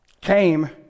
came